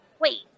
Wait